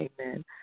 amen